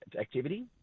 activity